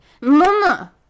Mama